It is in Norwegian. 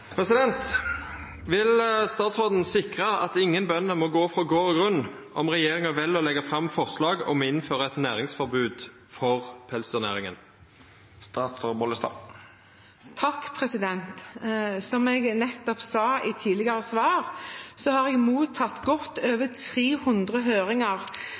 grunn om regjeringen velger å legge frem forslag om å innføre et næringsforbud for pelsdyrnæringen?» Som jeg nettopp sa i et tidligere svar, har jeg mottatt godt